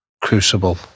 crucible